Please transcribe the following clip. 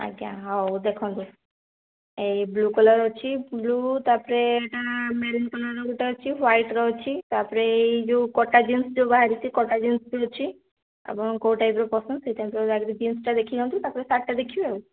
ଆଜ୍ଞା ହଉ ଦେଖନ୍ତୁ ଏଇ ବ୍ଲୁ କଲର୍ର ଅଛି ବ୍ଲୁ ତା' ପରେ ଏଇଟା ମେରୁନ୍ କଲର୍ର ଗୋଟେ ଅଛି ହ୍ୱାଇଟ୍ର ଅଛି ତା' ପରେ ଏଇ ଯେଉଁ କଟା ଜିନ୍ସ୍ ଯେଉଁ ବାହାରିଛି କଟା ଜିନ୍ସ୍ ବି ଅଛି ଆପଣଙ୍କ କେଉଁ ଟାଇପ୍ର ପସନ୍ଦ ସେ ଟାଇପ୍ର ଆଗେ ଜିନ୍ସ୍ଟା ଦେଖିନିଅନ୍ତୁ ତା' ପରେ ଶାର୍ଟ୍ଟା ଦେଖିବେ ଆଉ